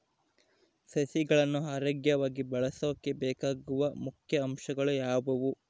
ಸಸಿಗಳನ್ನು ಆರೋಗ್ಯವಾಗಿ ಬೆಳಸೊಕೆ ಬೇಕಾಗುವ ಮುಖ್ಯ ಅಂಶಗಳು ಯಾವವು?